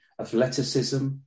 athleticism